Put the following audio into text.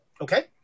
Okay